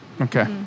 Okay